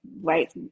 Right